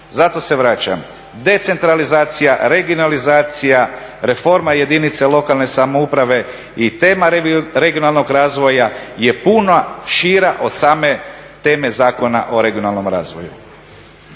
Zato se vraćam decentralizacija, regionalizacija, reforma jedinice lokalne samouprave i tema regionalnog razvoja je puno šira od same teme Zakona o regionalnom razvoju.